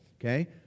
okay